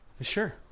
Sure